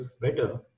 better